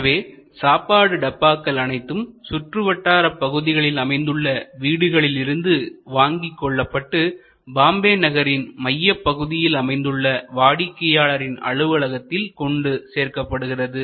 எனவே சாப்பாடு டப்பாக்கள் அனைத்தும் சுற்றுவட்டாரப் பகுதிகளில் அமைந்துள்ள வீடுகளிலிருந்து வாங்கிக் கொள்ளப்பட்டு பாம்பே நகரின் மையப் பகுதியில் அமைந்துள்ள வாடிக்கையாளரின் அலுவலகத்தில் கொண்டு சேர்க்கப்படுகிறது